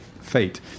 fate